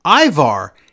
ivar